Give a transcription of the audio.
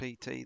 PT